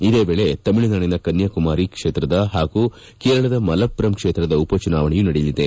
ಇದೇ ವೇಳೆ ತಮಿಳುನಾಡಿನ ಕನ್ನಾಕುಮಾರಿ ಕ್ಷೇತ್ರದ ಹಾಗೂ ಕೇರಳದ ಮಲಪ್ಪುರಂ ಕ್ಷೇತ್ರದ ಉಪಚುನಾವಣೆಯೂ ನಡೆಯಲಿದೆ